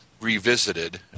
Revisited